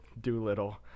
Doolittle